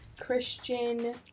Christian